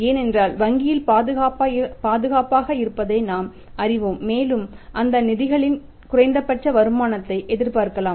ஏனென்றால் வங்கியில் பாதுகாப்பாக இருப்பதை நாம் அறிவோம் மேலும் அந்த நிதிகளில் குறைந்தபட்ச வருமானத்தை எதிர்பார்க்கலாம்